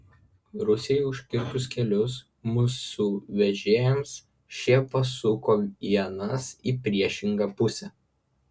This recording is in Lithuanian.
rusijai užkirtus kelius mūsų vežėjams šie pasuko ienas į priešingą pusę